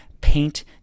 Paint